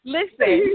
Listen